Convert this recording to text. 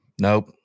Nope